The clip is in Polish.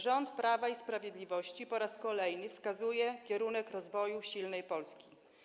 Rząd Prawa i Sprawiedliwości po raz kolejny wskazuje kierunek rozwoju silnej Polski.